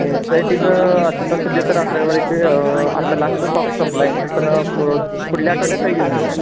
N C आय टीचं आत्ता सध्या तर अकरावी बारावीचे आत्ता लास्टचं स्टॉक संपला आहे पण पुढल्या आठवड्यात येऊन जाईल